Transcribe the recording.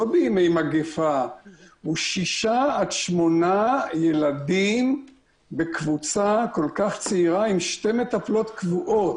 לא בימי מגפה הוא 6-8 ילדים בקבוצה כל כך צעירה עם שתי מטפלות קבועות.